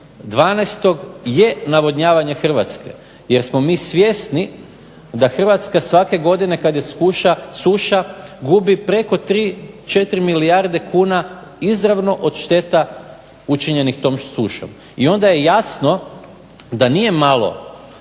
4.12. je navodnjavanje Hrvatske. Jer smo mi svjesni da Hrvatska svake godine kada je suša gubi preko 3, 4 milijarde kuna izravno od šteta učinjenih tom sušom. I onda je jasno da nije malo